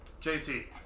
JT